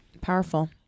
Powerful